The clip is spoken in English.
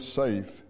safe